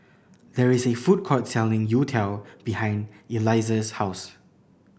there is a food court selling youtiao behind Eliezer's house